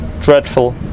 dreadful